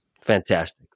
Fantastic